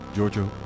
Giorgio